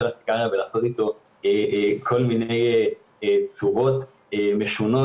הסיגריה ולעשות איתו כל מיני צורות משונות,